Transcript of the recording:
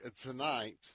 tonight